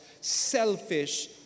selfish